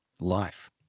life